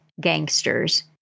gangsters